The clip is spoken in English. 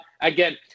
again